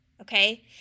okay